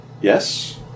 Yes